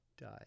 die